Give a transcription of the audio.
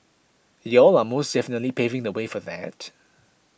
y'all are most definitely paving the way for that